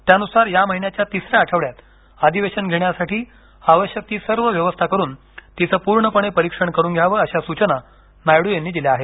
त्यानुसार या महिन्याच्या तिसऱ्या आठवड्यात अधिवेशन घेण्यासाठी आवश्यक ती सर्व व्यवस्था करून तिचं पूर्णपणे परीक्षण करून घ्यावं अशा सुचना नायडू यांनी दिल्या आहेत